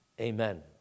Amen